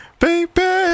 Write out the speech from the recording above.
baby